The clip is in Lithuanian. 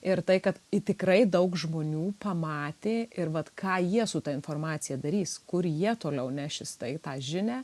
ir tai kad tikrai daug žmonių pamatė ir vat ką jie su ta informacija darys kur jie toliau nešis tai tą žinią